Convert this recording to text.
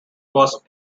was